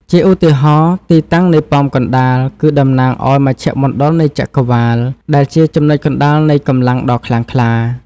ជាឧទាហរណ៍ ទីតាំងនៃប៉មកណ្តាលគឺតំណាងឲ្យមជ្ឈមណ្ឌលនៃចក្រវាឡ ដែលជាចំណុចកណ្តាលនៃកម្លាំងដ៏ខ្លាំងក្លា។